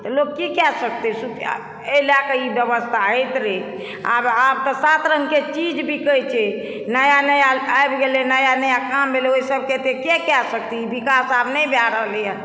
त लोक की कए सकतै एहि लयके ई व्यवस्था होइत रहै आब तऽ सात रङ्गके चीज बिकय छै नया नया आबि गेलय नया नया काम भेलय ओहिसभके एतय के कए सकतै ई विकास आब नहि भए रहलय हँ